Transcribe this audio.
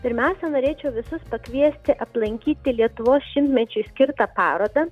pirmiausia norėčiau visus pakviesti aplankyti lietuvos šimtmečiui skirtą parodą